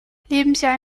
lebensjahr